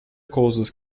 causes